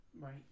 Right